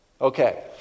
Okay